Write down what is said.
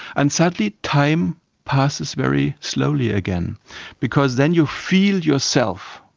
and suddenly time passes very slowly again because then you feel yourself,